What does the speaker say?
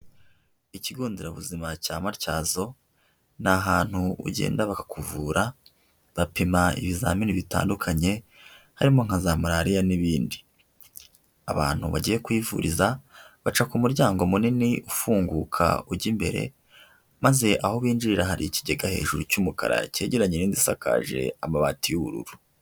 Ikigo Nderabuzima cya Matyazo, ni ahantu ugenda bakakuvura, bapima ibizamini bitandukanye, harimo nka za Malariya n'ibindi. Abantu bagiye kuhivuriza, baca ku muryango munini ufunguka ujya imbere, maze aho binjirira hari ikigega hejuru cy'umukara cyegeranye n'inzu isakaje amabati y'ubururu.